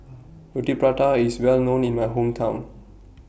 Roti Prata IS Well known in My Hometown